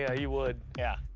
yeah, you would. yeah.